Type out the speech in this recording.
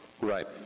Right